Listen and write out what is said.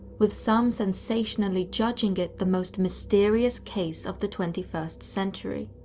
with some sensationally judging it the most mysterious case of the twenty first century.